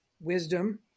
wisdom